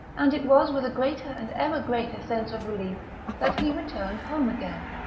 and it was with a greater and ever greater sense of relief that he returned home again.